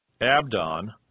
Abdon